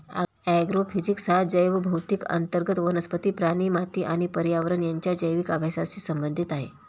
agrophysics हा जैवभौतिकी अंतर्गत वनस्पती, प्राणी, माती आणि पर्यावरण यांच्या जैविक अभ्यासाशी संबंधित आहे